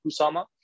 Kusama